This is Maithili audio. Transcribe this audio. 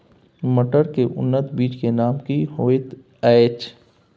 मटर के उन्नत बीज के नाम की होयत ऐछ?